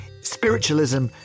Spiritualism